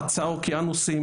חצה אוקיינוס,